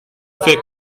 فکر